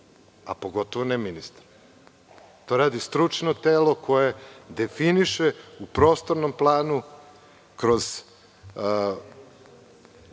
a pogotovo ne ministar. To radi stručno telo koje definiše u prostornom planu kroz